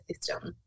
system